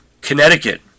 Connecticut